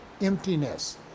emptiness